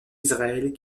israël